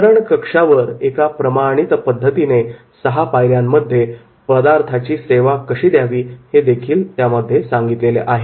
वितरण कक्षावर एका प्रमाणित पद्धतीने सहा पायऱ्यांमध्ये पदार्थाची सेवा कशी द्यावी हे देखील त्यामध्ये दिलेले आहे